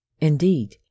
Indeed